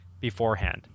beforehand